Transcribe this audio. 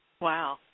Wow